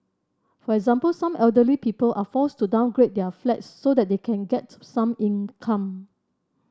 for example some elderly people are forced to downgrade their flats so that they can get some income